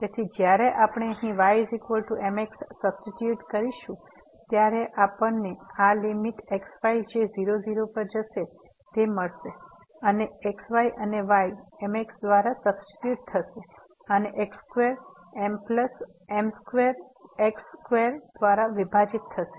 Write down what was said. તેથી જ્યારે આપણે અહીં આ y mx સબસ્ટીટ્યુટ કરીશું ત્યારે આપણને આ લીમીટ x y જે 00 પર જશે તે મળશે અને x અને y mx દ્વારા સબસ્ટીટ્યુટ થશે અને x square m plus m square x square દ્વારા વિભાજીત થશે